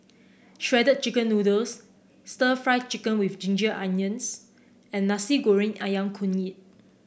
Shredded Chicken Noodles stir Fry Chicken with Ginger Onions and Nasi Goreng ayam kunyit